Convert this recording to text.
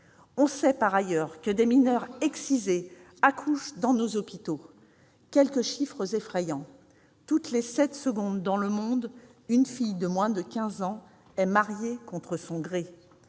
On sait par ailleurs que des mineures excisées accouchent dans nos hôpitaux. Quelques chiffres effrayants : toutes les sept secondes dans le monde, une fille de moins de 15 ans est mariée contre son gré